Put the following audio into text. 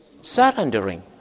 Surrendering